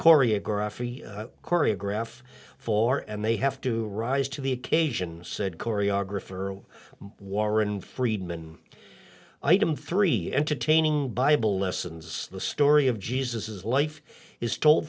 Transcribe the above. choreographed choreograph for and they have to rise to the occasion said choreographer warren freedman item three entertaining bible lessons the story of jesus his life is tol